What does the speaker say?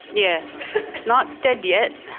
yeah but not dead yet,